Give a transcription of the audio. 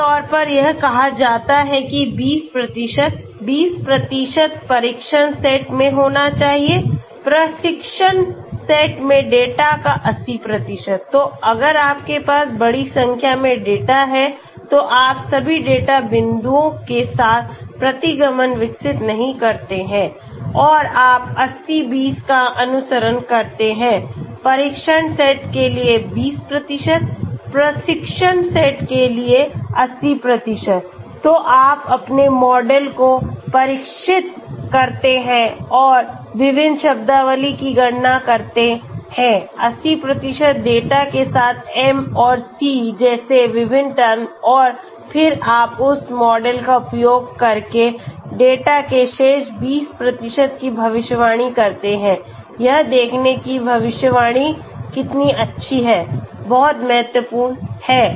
आम तौर पर यह कहा जाता है कि 20 20 परीक्षण सेट में होना चाहिए प्रशिक्षण सेट में डेटा का 80 तो अगर आपके पास बड़ी संख्या में डेटा है तो आप सभी डेटा बिंदुओं के साथ प्रतिगमन विकसित नहीं करते हैं और आप 80 20 का अनुसरण करते हैं परीक्षण सेट के लिए 20 प्रशिक्षण सेट के लिए 80 तो आप अपने मॉडल को प्रशिक्षित करते हैं और विभिन्न शब्दावली की गणना करते हैं 80 डेटा के साथ m और c जैसे विभिन्न टर्म और फिर आप उस मॉडल का उपयोग करके डेटा के शेष 20 की भविष्यवाणी करते हैं यह देखना कि भविष्यवाणी कितनी अच्छी है बहुत महत्वपूर्ण है